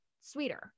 sweeter